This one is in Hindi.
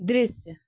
दृश्य